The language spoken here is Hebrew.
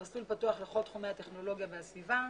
המסלול פתוח לכל תחומי הטכנולוגיה והסביבה.